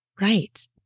Right